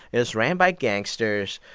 it was ran by gangsters.